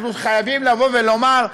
אנחנו חייבים לבוא לומר: